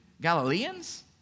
Galileans